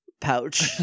pouch